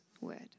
word